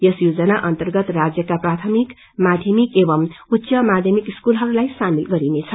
यस योजना अर्न्तगत राज्यका प्राथमिक माध्यमिक एवं उच्च माध्यमिक स्कूलहरूलाई सामिल गरिनेछ